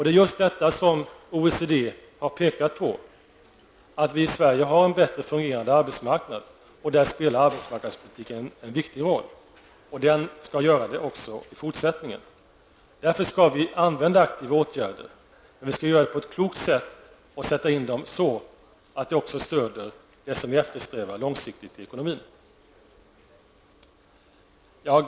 Det är just detta som OECD har pekat på, dvs att vi i Sverige har en bättre fungerande arbetsmarknad, och där spelar arbetsmarknadspolitiken en viktig roll. Och det skall den göra även i fortsättningen. Därför skall vi använda aktiva åtgärder, men vi skall göra det på ett klokt sätt och sätta in dem så att också det som vi långsiktigt eftersträvar i ekonomin stöds.